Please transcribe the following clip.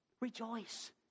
Rejoice